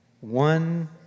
one